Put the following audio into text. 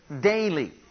Daily